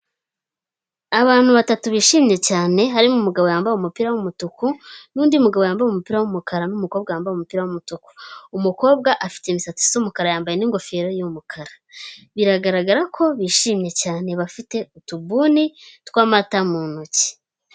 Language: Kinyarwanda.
Abantu batatu bishimye cyane harimo umugabo wambaye umupira w'umutuku n'undi mugabo wambaye umupira w'umukara n'umukobwa wambaye umupira w'umutuku, umukobwa afite imisatsi isa umukara yambaye n'ingofero y'umukara, biragaragara ko bishimye cyane bafite utubuni tw'amata mu ntoki.